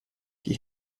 die